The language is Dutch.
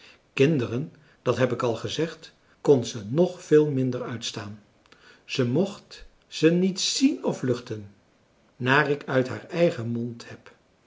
kinderen dat heb ik al gezegd kon ze nog veel minder uitstaan zij mocht ze niet zien of luchten naar ik uit haar eigen mond heb